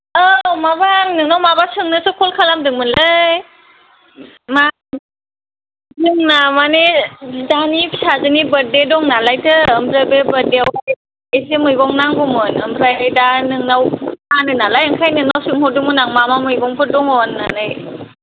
औ माबा आं नोंनाव माबा सोंनोसो कल खालामदोंमोनलै मा जोंना माने बिदानि फिसाजोनि बार्थदे दं नालायथो ओमफ्राय बे बार्थदेआवहाय इसे मैगं नांगौमोन ओमफ्राय दा नोंनाव फानो नालाय ओंखायनो नोंनाव सोंहरदोंमोन आं मा मा मैगंफोर दङ होन्नानै